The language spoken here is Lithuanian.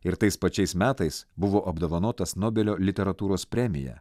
ir tais pačiais metais buvo apdovanotas nobelio literatūros premija